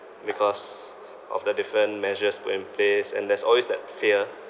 because of the different measures put in place and there's always that fear